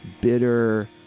bitter